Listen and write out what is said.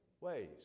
ways